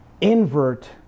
invert